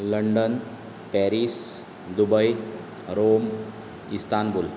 London Paris Dubai Rome Istanbul